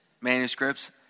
manuscripts